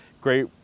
great